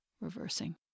reversing